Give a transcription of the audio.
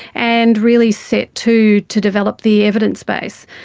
and really set to to develop the evidence base.